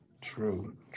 True